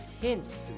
hints